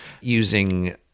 using